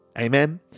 Amen